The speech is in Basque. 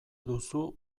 duzu